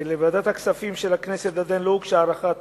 לוועדת הכספים של הכנסת עדיין לא הוגשה הערכת